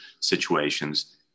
situations